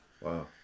wow